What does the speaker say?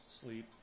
sleep